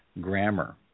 grammar